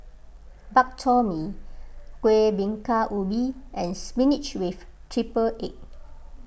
Bak Chor Mee Kueh Bingka Ubi and Spinach with Triple Egg